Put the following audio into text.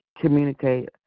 communicate